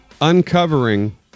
uncovering